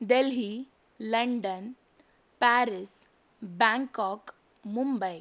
Delhi London Paris Bangkok Mumbai